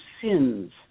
sins